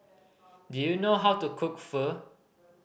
do you know how to cook Pho